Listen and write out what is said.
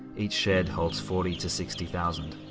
each shed holds forty-to-sixty thousand.